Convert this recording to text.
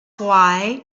why